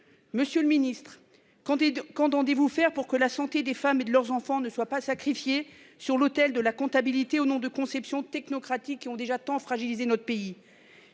Monsieur le Ministre comptez qu'entendez-vous faire pour que la santé des femmes et de leurs enfants ne soient pas sacrifiés sur l'autel de la comptabilité au nom de conception technocratique qui ont déjà tant fragiliser notre pays.